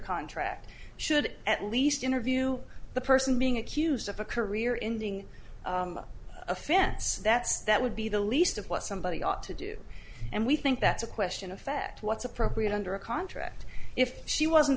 contract should at least interview the person being accused of a career in the ng offense that's that would be the least of what somebody ought to do and we think that's a question affect what's appropriate under a contract if she wasn't